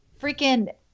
Freaking